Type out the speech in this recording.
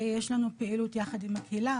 יש לנו פעילות יחד עם הקהילה,